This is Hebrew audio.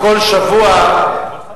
כל שבוע,